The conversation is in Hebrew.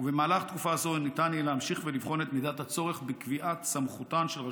ובמהלך תקופה זו ניתן יהיה להמשיך ולבחון את מידת הצורך בקביעת סמכותן